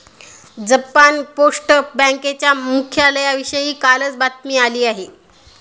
Japan post बँकेच्या मुख्यालयाविषयी कालच बातमी आली आहे